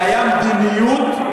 זו הייתה מדיניות,